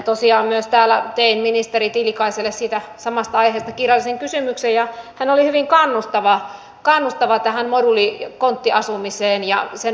tosiaan myös tein täällä ministeri tiilikaiselle samasta aiheesta kirjallisen kysymyksen ja hän oli hyvin kannustava moduuli konttiasumiseen ja sen mahdollistamiseen